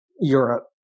Europe